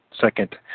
second